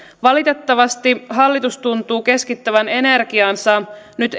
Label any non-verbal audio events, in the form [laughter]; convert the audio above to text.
valitettavasti hallitus tuntuu keskittävän energiansa nyt [unintelligible]